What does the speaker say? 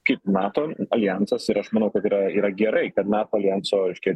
kaip nato aljansas ir aš manau kad yra yra gerai kad nato aljans reiškia